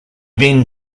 then